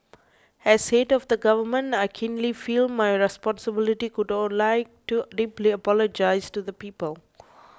as head of the government I keenly feel my responsibility could all like to deeply apologise to the people